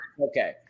Okay